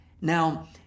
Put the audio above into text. Now